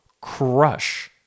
crush